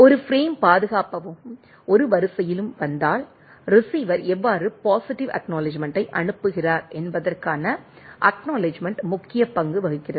ஒரு பிரேம் பாதுகாப்பாகவும் ஒரு வரிசையிலும் வந்தால் ரிசீவர் எவ்வாறு பாசிட்டிவ் ACK ஐ அனுப்புகிறார் என்பதற்கான அக்நாலெட்ஜ்மெண்ட் முக்கிய பங்கு வகிக்கிறது